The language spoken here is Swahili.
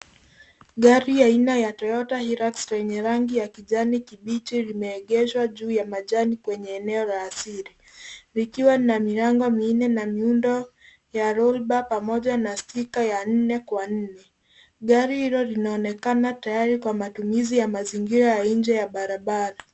Gari aina ya Toyota HIlux lenye rangi ya kijani kibichi limeegeshwa juu ya majani kwenye eneo la asili, likiwa na milango minne na miundo ya roll bar pamoja na stika ya nne kwa nne. Gari hilo linaonekana tayari kwa matumizi ya mazingira ya nje ya barabara.